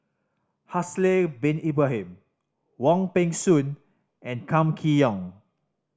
Haslir Bin Ibrahim Wong Peng Soon and Kam Kee Yong